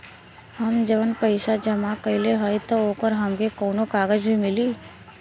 हम जवन पैसा जमा कइले हई त ओकर हमके कौनो कागज भी मिली?